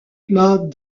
plat